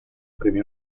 premio